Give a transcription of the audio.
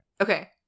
okay